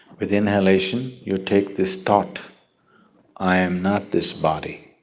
with inhalation you take this thought i'm not this body,